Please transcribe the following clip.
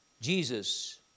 Jesus